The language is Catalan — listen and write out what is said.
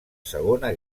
segona